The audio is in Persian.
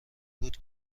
بود